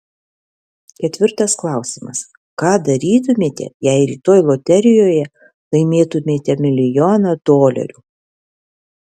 ketvirtas klausimas ką darytumėte jei rytoj loterijoje laimėtumėte milijoną dolerių